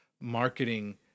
marketing